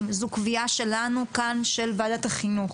תלמידים, זו קביעה שלנו כאן של ועדת החינוך.